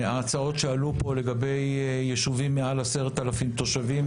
ההצעות שעלו פה לגבי יישובים מעל 10,000 תושבים,